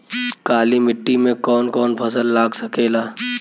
काली मिट्टी मे कौन कौन फसल लाग सकेला?